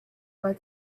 but